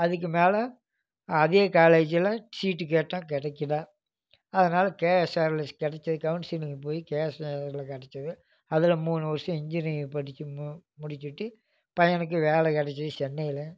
அதுக்கும் மேலே அதே காலேஜில் சீட்டு கேட்டான் கிடைக்கல அதனால கே எஸ் ஆரில் கெடைச்சிது கவுன்சிலிங் போய் கே எஸ் ஆரில் கெடைச்சிது அதில் மூணு வருஷம் இன்ஜினியரிங் படித்து முடிச்சுட்டு பையனுக்கு வேலை கெடைச்சிது சென்னையில்